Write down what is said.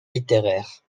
littéraires